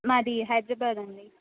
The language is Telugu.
మాది హైదరాబాదండి